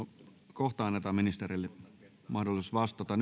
kohta annetaan ministereille mahdollisuus vastata